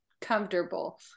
comfortable